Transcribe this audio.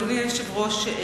אדוני היושב-ראש,